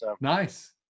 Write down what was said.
Nice